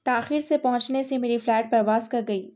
تاخیر سے پہنچنے سے میری فلائٹ پرواز کر گئی